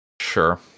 Sure